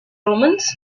romans